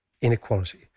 inequality